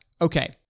Okay